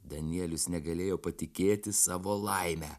danielius negalėjo patikėti savo laime